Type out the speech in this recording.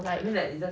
like